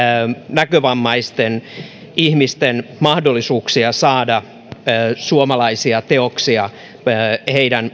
näkövammaisten ihmisten mahdollisuuksia saada suomalaisia teoksia heidän